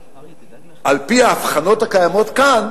על-פי ההבחנות הקיימות כאן,